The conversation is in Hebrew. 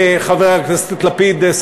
חבר הכנסת לפיד,